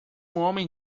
homem